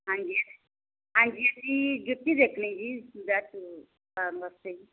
ਹਾਂਜੀ ਹਾਂਜੀ ਜੁੱਤੀ ਦੇਖਣੀ ਜੀ ਵਿਆਹ 'ਚ ਪਾਉਣ ਵਾਸਤੇ ਜੀ